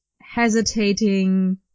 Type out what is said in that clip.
hesitating